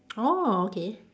orh okay